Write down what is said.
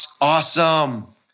Awesome